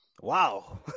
Wow